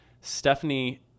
Stephanie